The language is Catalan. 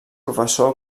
professor